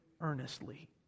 earnestly